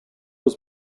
was